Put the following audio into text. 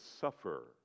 suffer